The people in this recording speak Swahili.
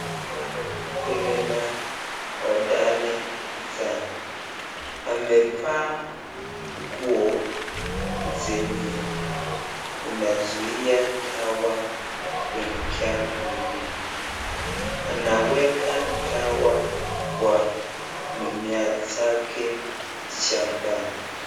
Mwamume hodari sana, amevaa nguo zenye inazuia dawa kuingia mwilini, anaweka dawa kwa mimea zake shambani.